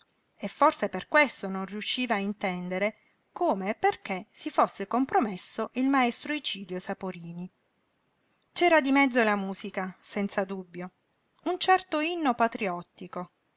e forse per questo non riusciva a intendere come e perché si fosse compromesso il maestro icilio saporini c'era di mezzo la musica senza dubbio un certo inno patriottico